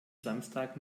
samstag